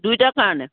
দুইটাৰ কাৰণে